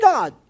God